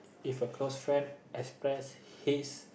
if a close friend express his